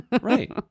Right